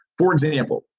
for example,